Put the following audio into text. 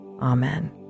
Amen